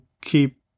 keep